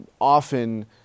often